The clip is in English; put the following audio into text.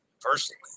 personally